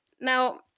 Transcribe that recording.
Now